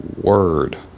Word